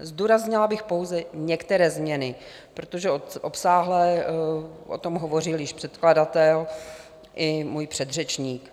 Zdůraznila bych pouze některé změny, protože obsáhle o tom hovořil již předkladatel i můj předřečník.